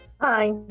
Hi